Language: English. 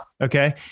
Okay